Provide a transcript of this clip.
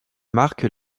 marquent